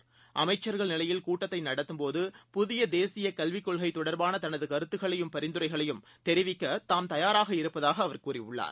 நிலையில் அமைச்சர்கள் கூட்டத்தைநடத்தும் போது புதியதேசியக் கல்விக் கொள்கைதொடர்பானதனதுகருத்துகளையும் பரிந்துரைகளையும் தெரிவிக்கதாம் தயாராக இருப்பதாகஅவர் கூறியுள்ளார்